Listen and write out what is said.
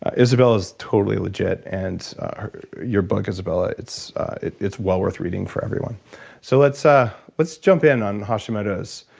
izabella's totally legit and your book, izabella, it's it's well worth reading for everyone so let's ah let's jump in on hashimoto's.